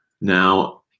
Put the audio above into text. now